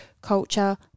culture